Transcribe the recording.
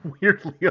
weirdly